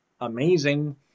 amazing